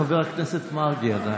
חבר הכנסת מרגי עדיין.